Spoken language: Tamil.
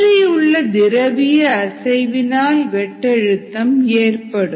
சுற்றியுள்ள திரவிய அசைவினால் வெட்டழுத்தம் ஏற்படும்